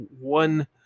one